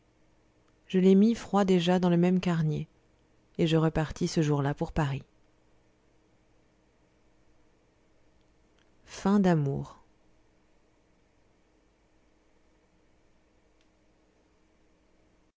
je les mis froids déjà dans le même carnier et je repartis ce jour-là pour paris